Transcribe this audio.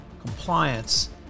compliance